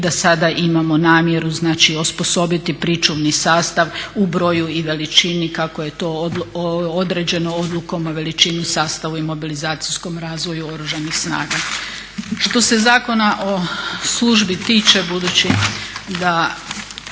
da sada imamo namjeru znači osposobiti pričuvni sastav u broju i veličini kako je to određeno odlukom o veličini, sastavu i mobilizacijskom razvoju Oružanih snaga. Što se Zakona o službi tiče, budući da